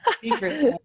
secrets